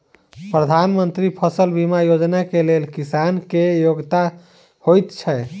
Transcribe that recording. प्रधानमंत्री फसल बीमा योजना केँ लेल किसान केँ की योग्यता होइत छै?